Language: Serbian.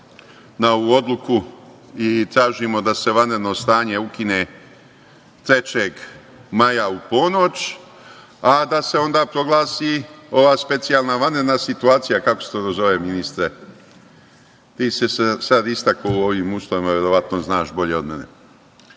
na ovu odluku i tražimo da se vanredno stanje ukine 3. maja u ponoć, a da se onda proglasi ova specijalna vanredna situacija, kako se to zove ministre, ti si se sad istakao u ovim uslovima, verovatno znaš bolje od mene?